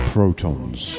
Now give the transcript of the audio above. Protons